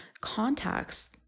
contacts